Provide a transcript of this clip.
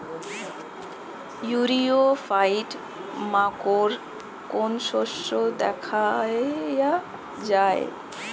ইরিও ফাইট মাকোর কোন শস্য দেখাইয়া যায়?